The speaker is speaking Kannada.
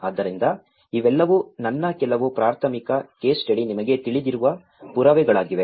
ಆದ್ದರಿಂದ ಇವೆಲ್ಲವೂ ನನ್ನ ಕೆಲವು ಪ್ರಾಥಮಿಕ ಕೇಸ್ ಸ್ಟಡಿ ನಿಮಗೆ ತಿಳಿದಿರುವ ಪುರಾವೆಗಳಾಗಿವೆ